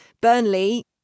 Burnley